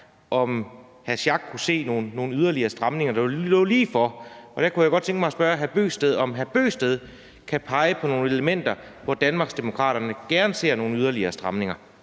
om han kunne se nogle yderligere stramninger, der lå ligefor. Der kunne jeg godt tænke mig at spørge hr. Kristian Bøgsted, om han kan pege på nogle elementer, hvor Danmarksdemokraterne gerne ser nogle yderligere stramninger.